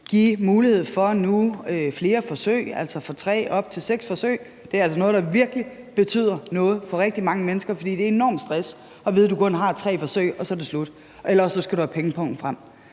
give mulighed for flere forsøg, altså fra tre og op til seks forsøg. Det er altså noget, der virkelig betyder noget for rigtig mange mennesker, for det er enormt stressende at vide, at du kun har tre forsøg, og at så er det slut, eller også skal du have pengepungen frem.